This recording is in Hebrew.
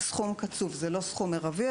זה סכום קצוב, זה לא סכום מרבי.